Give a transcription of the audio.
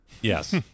Yes